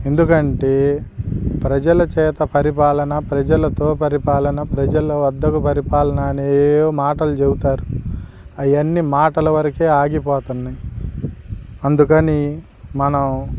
ఎందుకంటే ప్రజల చేత పరిపాలన ప్రజలతో పరిపాలన ప్రజల వద్దకు పరిపాలన అనే ఏవో మాటలు చెబుతారు అవన్నీ మాటల వరకే ఆగిపోతున్నాయి అందుకని మనం